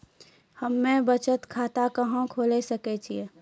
हम्मे बचत खाता कहां खोले सकै छियै?